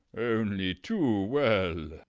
only too well.